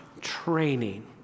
training